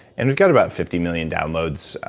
and we've got about fifty million downloads,